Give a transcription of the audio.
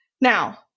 Now